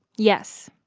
yes,